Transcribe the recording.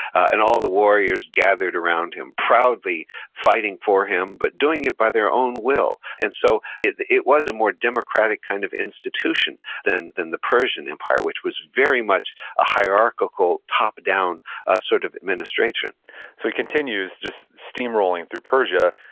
and all the warriors gathered around him, proudly fighting for him, but doing it by their own will. and so, it it was a more democratic kind of institution than than the persian empire, which was very much a hierarchical top-down ah sort of administration so, he continues just steamrolling through persia,